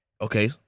Okay